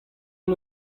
hon